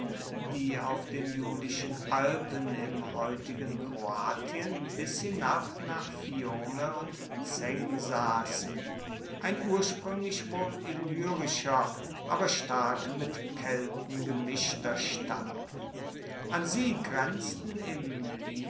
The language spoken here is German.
die auf den julischen alpen im heutigen kroatien bis hinab nach fiume und zeng saßen ein ursprünglich wohl illyrischer aber stark mit kelten gemischter stamm an sie grenzten im